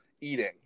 eating